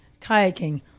kayaking